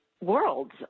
Worlds